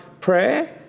prayer